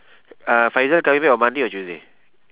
uh faizah coming back on monday or tuesday